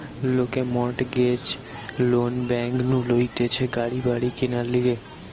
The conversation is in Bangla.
লোকে মর্টগেজ লোন ব্যাংক নু লইতেছে গাড়ি বাড়ি কিনার লিগে